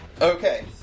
Okay